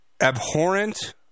abhorrent